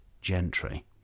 gentry